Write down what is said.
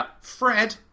Fred